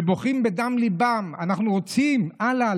שבוכים מדם ליבם: אנחנו רוצים הלאה